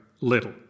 little